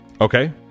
Okay